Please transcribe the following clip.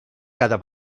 cada